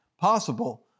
possible